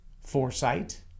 foresight